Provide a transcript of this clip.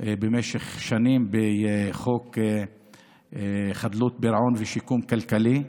במשך שנים בחוק חדלות פירעון ושיקום כלכלי,